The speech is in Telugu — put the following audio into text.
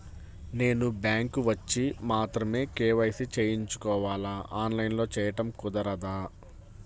నేను బ్యాంక్ వచ్చి మాత్రమే కే.వై.సి చేయించుకోవాలా? ఆన్లైన్లో చేయటం కుదరదా?